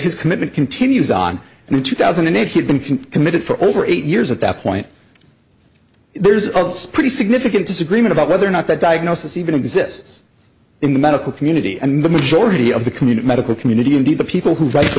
his commitment continues on and in two thousand and eight he had been committed for over eight years at that point there's a pretty significant disagreement about whether or not that diagnosis even exists in the medical community and the majority of the community medical community indeed the people who